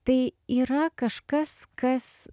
tai yra kažkas kas